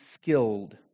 skilled